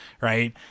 right